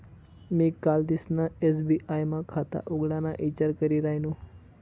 मी कालदिसना एस.बी.आय मा खाता उघडाना ईचार करी रायनू